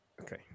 okay